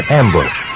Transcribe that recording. ambush